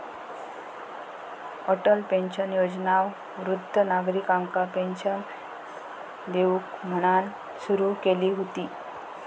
Atal pension Yojana वृद्ध नागरिकांका pension देऊक म्हणान सुरू केली हुती